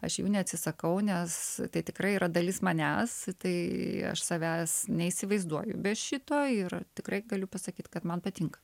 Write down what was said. aš jų neatsisakau nes tai tikrai yra dalis manęs tai aš savęs neįsivaizduoju be šito ir tikrai galiu pasakyt kad man patinka